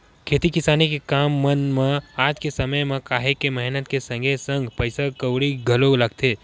खेती किसानी के काम मन म आज के समे म काहेक मेहनत के संगे संग पइसा कउड़ी घलो लगथे